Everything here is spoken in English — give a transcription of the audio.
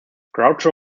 groucho